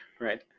Right